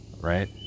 right